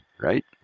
right